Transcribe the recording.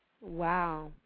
wow